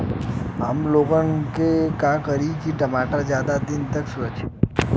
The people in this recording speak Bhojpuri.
हमलोग का करी की टमाटर ज्यादा दिन तक सुरक्षित रही?